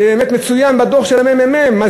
מצוין בדוח של הממ"מ,